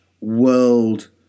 world